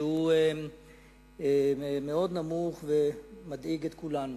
שהוא מאוד נמוך ומדאיג את כולנו.